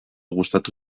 gustatu